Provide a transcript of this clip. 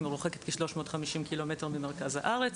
היא מרוחקת כ-350 ק"מ ממרכז הארץ,